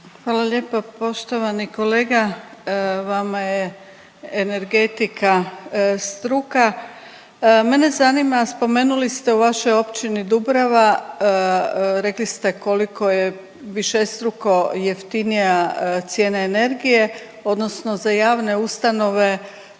Hvala lijepa. Poštovani kolega, vama je energetika struka, mene zanima spomenuli ste u vašoj Općini Dubrava rekli ste koliko je višestruko jeftinija cijena energije odnosno za javne ustanove